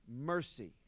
mercy